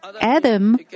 Adam